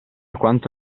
quanto